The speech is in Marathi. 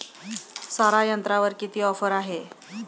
सारा यंत्रावर किती ऑफर आहे?